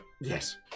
Yes